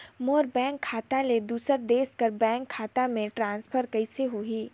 मोर bank खाता ले दुसर देश के बैंक खाता मे ट्रांसफर कइसे होही?